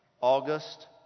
August